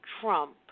Trump